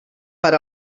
per